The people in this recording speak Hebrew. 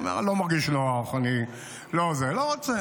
הוא אומר: אני לא מרגיש נוח, אני לא זה, לא רוצה.